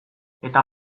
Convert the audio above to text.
eta